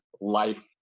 life